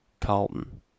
Carlton